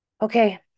Okay